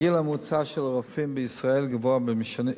הגיל הממוצע של הרופאים בישראל גבוה,